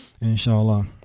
inshallah